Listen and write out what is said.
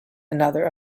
another